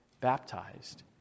baptized